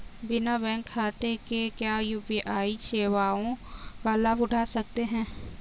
बिना बैंक खाते के क्या यू.पी.आई सेवाओं का लाभ उठा सकते हैं?